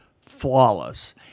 flawless